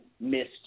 missed